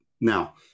Now